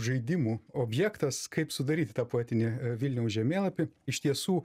žaidimų objektas kaip sudaryti tą poetinį vilniaus žemėlapį iš tiesų